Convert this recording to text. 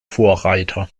vorreiter